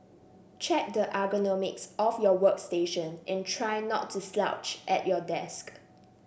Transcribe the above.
check the ergonomics of your workstation and try not to slouch at your desk